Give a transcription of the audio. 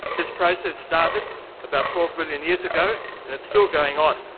this process started about twelve million years ago and it's still going on.